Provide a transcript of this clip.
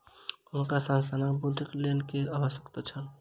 हुनका संस्थानक वृद्धिक लेल धन के आवश्यकता छल